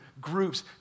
groups